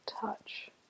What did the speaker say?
touch